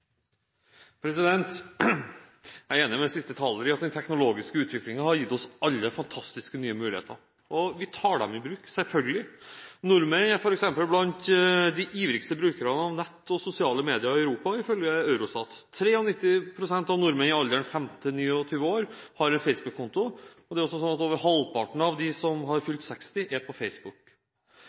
vi tar dem i bruk, selvfølgelig. Nordmenn er f.eks. blant de ivrigste brukerne av nett og sosiale medier i Europa, ifølge Eurostat. 93 pst. av nordmenn i alderen 15 til 29 år har en Facebook-konto, og over halvparten av dem som har fylt 60, er på Facebook.